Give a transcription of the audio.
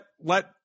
let